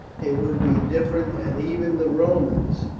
it would be different, and even the romans,